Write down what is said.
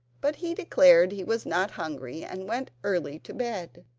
but he declared he was not hungry, and went early to bed.